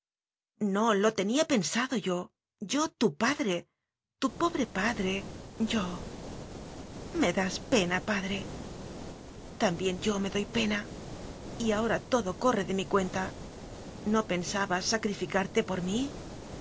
no lo tenía pensado yo yo tu padre tu pobre padre yo me das pena padre también yo me doy pena y ahora todo corre de mi cuenta no pensabas sacrificarte por mí